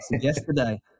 yesterday